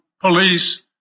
police